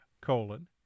colon